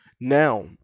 Now